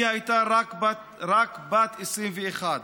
היא הייתה רק בת 21,